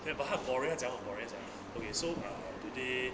ya but 他 gloria 讲我 gloria 再 okay so uh today